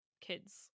kids